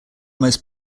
most